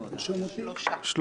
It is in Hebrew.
מי נמנע?